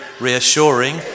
reassuring